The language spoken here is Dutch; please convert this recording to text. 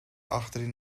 achterin